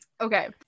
Okay